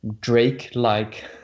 Drake-like